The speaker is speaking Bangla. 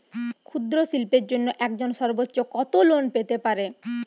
ক্ষুদ্রশিল্পের জন্য একজন সর্বোচ্চ কত লোন পেতে পারে?